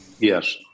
Yes